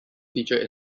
featured